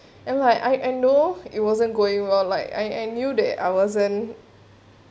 and like I I know it wasn't going wrong like I I knew that I wasn't